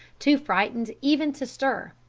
too frightened even to stir,